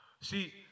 See